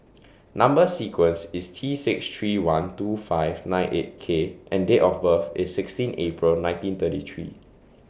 Number sequence IS T six three one two five nine eight K and Date of birth IS sixteen April nineteen thirty three